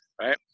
right